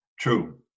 True